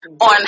on